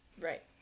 Right